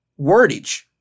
wordage